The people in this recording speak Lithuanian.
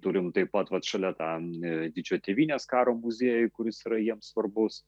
turime taip pat vat šalia didžiojo tėvynės karo muziejų kuris yra jiem svarbus